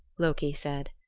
loki said.